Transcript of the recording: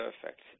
perfect